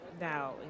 now